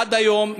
עד היום,